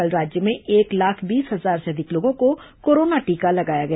कल राज्य में एक लाख बीस हजार से अधिक लोगों को कोरोना टीका लगाया गया